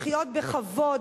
לחיות בכבוד,